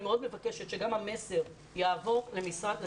אני מאוד מבקשת שגם המסר יעבור למשרד החינוך,